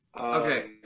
Okay